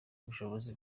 ubushobozi